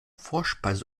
vorspeise